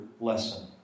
lesson